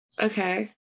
Okay